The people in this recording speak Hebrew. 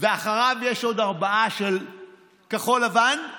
ואחריו יש עוד ארבעה של כחול לבן.